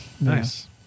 nice